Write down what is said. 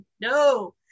no